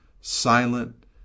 silent